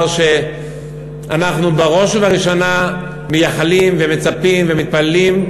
שאנחנו בראש ובראשונה מייחלים ומצפים ומתפללים,